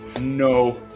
no